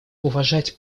уважать